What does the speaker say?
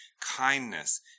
kindness